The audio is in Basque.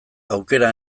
aukera